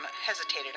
hesitated